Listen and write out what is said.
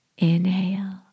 Inhale